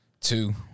Two